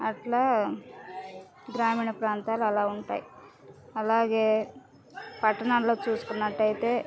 అట్లా గ్రామీణ ప్రాంతాలు అలా ఉంటాయి అలాగే పట్నంలో చూసుకున్నట్టయితే